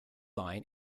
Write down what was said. line